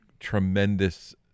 tremendous